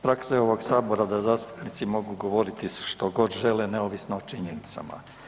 Praksa je ovog sabora da zastupnici mogu govoriti što god žele neovisno o činjenicama.